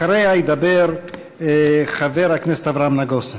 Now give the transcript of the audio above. אחריה ידבר חבר הכנסת אברהם נגוסה.